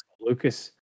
Lucas